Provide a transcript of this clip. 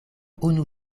unu